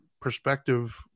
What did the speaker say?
perspective